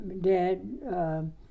dad